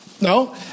No